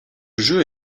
jeu